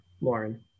Lauren